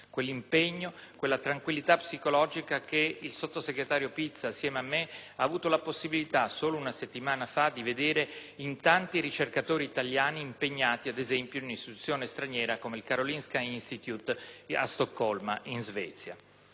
quell'impegno, quella tranquillità psicologica che il sottosegretario Pizza insieme a me ha avuto la possibilità, solo una settimana fa, di vedere in tanti ricercatori italiani impegnati, ad esempio, in un'istituzione straniera come il Karolinska Institutet a Stoccolma, in Svezia.